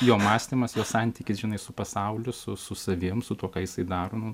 jo mąstymas jo santykis žinai su pasauliu su savim su tuo ką jisai daro nu